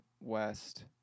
West